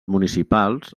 municipals